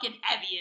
heavy